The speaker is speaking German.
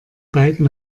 beiden